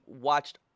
watched